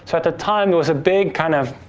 so at the time, there was a big kind of